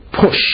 push